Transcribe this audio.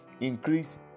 increase